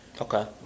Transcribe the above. Okay